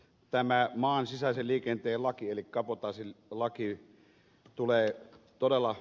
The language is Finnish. tänään maan sisäisen liikenteen laki eli kabotaasi laki tulee todella